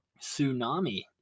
Tsunami